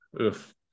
oof